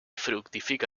fructifica